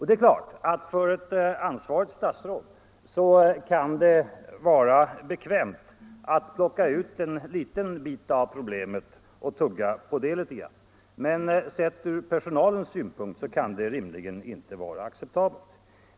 Det är klart att för ett ansvarigt statsråd kan det vara bekvämt att plocka ut en liten bit av problemet och tugga på det litet grand, men sett ur personalens synpunkt kan det rimligen inte vara acceptabelt.